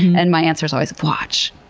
and my answer is always, watch!